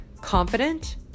confident